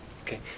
Okay